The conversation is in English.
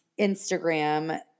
Instagram